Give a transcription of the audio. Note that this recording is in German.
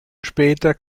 später